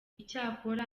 icyakora